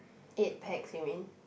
eight packs you mean